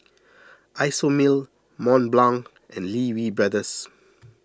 Isomil Mont Blanc and Lee Wee Brothers